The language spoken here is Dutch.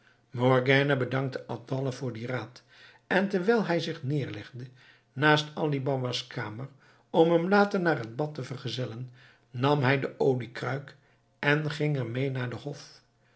morgiane bedankte abdallah voor dien raad en terwijl hij zich neerlegde naast ali baba's kamer om hem later naar het bad te vergezellen nam zij de oliekruik en ging er mee naar den hof